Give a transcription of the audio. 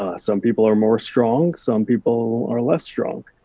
ah some people are more strong, some people are less strong.